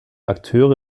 akteure